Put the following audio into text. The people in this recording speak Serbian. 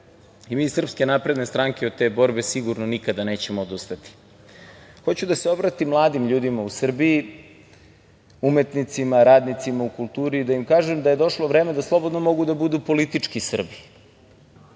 biti fatalno. Mi iz SNS od te borbe sigurno nikada nećemo odustati. Hoću da se obratim mladim ljudima u Srbiji, umetnicima, radnicima u kulturi da im kažem da je došlo vreme da slobodno mogu da budu politički Srbi